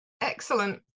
excellent